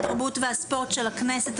התרבות והספורט של הכנסת.